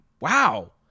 wow